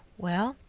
well,